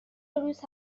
روز